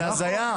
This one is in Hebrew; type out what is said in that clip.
זה הזיה.